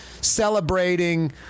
celebrating